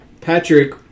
Patrick